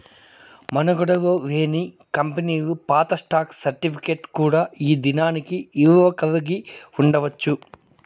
మనుగడలో లేని కంపెనీలు పాత స్టాక్ సర్టిఫికేట్ కూడా ఈ దినానికి ఇలువ కలిగి ఉండచ్చు